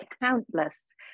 countless